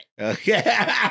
Okay